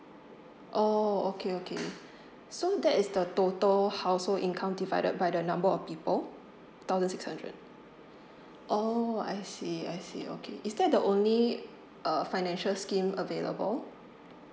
oh okay okay so that is the total household income divided by the number of people thousand six hundred oh I see I see okay is that the only uh financial scheme available